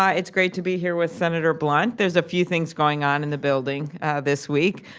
um it's great to be here with senator blunt. there's a few things going on in the building this week,